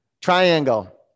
Triangle